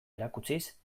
erakutsiz